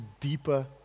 deeper